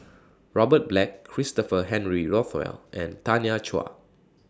Robert Black Christopher Henry Rothwell and Tanya Chua